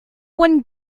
one